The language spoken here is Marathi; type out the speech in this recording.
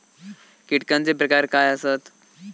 कीटकांचे प्रकार काय आसत?